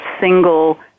single